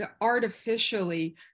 artificially